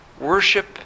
Worship